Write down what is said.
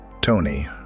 Tony